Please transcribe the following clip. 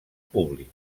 públic